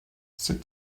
sit